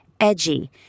edgy